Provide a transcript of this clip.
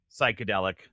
psychedelic